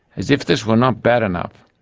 as if this were not bad enough,